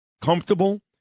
comfortable